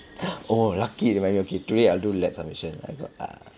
oh lucky you remind me okay today I'll do lab submission I got ah